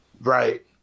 right